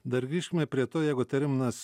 dar grįšime prie to jeigu terminas